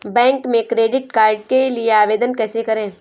Bank में credit card के लिए आवेदन कैसे करें?